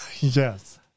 Yes